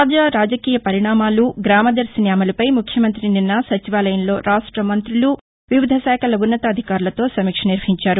తాజా రాజకీయ పరిణామాలు గ్రామదర్శిని అమలుపై ముఖ్యమంత్రి నిన్న సచివాలయంలో రాష్ట మంతులు వివిధ శాఖల ఉన్నతాధికారులతో సమీక్ష నిర్వహించారు